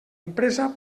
empresa